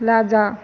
लए जा